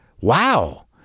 Wow